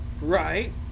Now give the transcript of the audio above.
Right